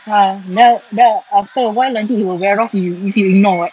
ah the~ the~ after a while until it will wear off you if you ignore [what]